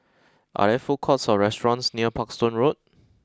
are there food courts or restaurants near Parkstone Road